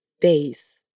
days